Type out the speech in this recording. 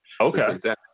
Okay